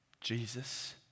Jesus